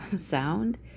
sound